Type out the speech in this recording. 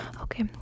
Okay